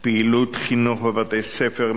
פעילות חינוך בבתי-ספר,